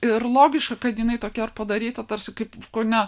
ir logiška kad jinai tokia ir padaryta tarsi kaip kone